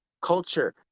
culture